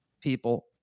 people